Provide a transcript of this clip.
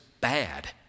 bad